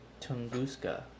Tunguska